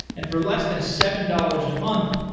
and for less than seven dollars a month,